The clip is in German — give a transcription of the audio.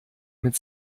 mit